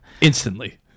instantly